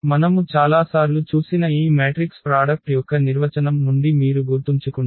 మనము చాలాసార్లు చూసిన ఈ మ్యాట్రిక్స్ ప్రాడక్ట్ యొక్క నిర్వచనం నుండి మీరు గుర్తుంచుకుంటే